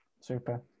super